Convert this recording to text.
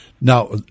Now